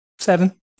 Seven